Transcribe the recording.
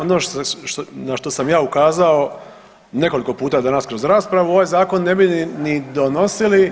Ono na što sam ja ukazao nekoliko puta danas kroz raspravu ovaj zakon ne bi ni donosili